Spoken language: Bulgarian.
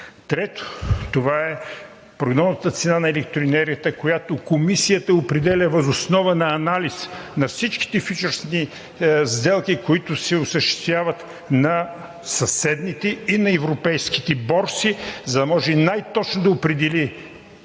Трето, това е прогнозната цена на електроенергията, която Комисията определя въз основа на анализ на всичките фючърсни сделки, които се осъществяват на съседните и на европейските борси, за да може най-точно да определи